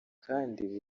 kandi